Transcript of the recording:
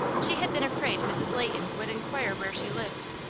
she had been afraid mrs. leighton would inquire where she lived,